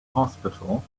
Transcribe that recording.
hospital